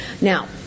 Now